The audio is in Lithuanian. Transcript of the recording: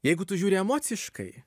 jeigu tu žiūri emociškai